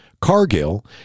Cargill